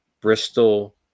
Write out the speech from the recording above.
bristol